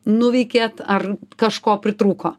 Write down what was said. nuveikėt ar kažko pritrūko